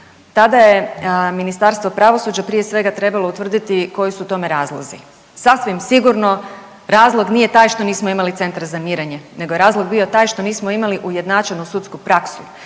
tada je Ministarstvo pravosuđa, prije svega, trebalo utvrditi koji su tome razlozi. Sasvim sigurno razlog nije taj što nismo imali centar za mirenje nego je razlog bio taj što nismo imali ujednačenu sudsku praksu.